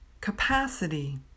capacity